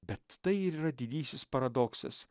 bet tai ir yra didysis paradoksas